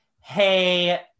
hey